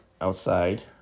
outside